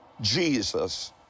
Jesus